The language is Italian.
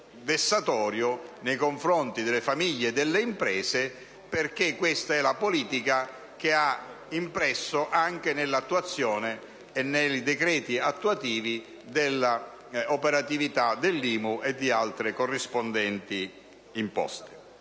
vessatorio nei confronti delle famiglie e delle imprese perché questa è la politica che ha impresso anche nell'attuazione dei decreti attuativi dell'IMU e di altre corrispondenti imposte.